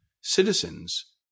citizens